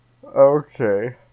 Okay